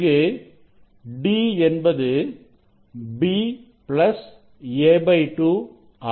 இங்கு d என்பது b plus a2 ஆகும்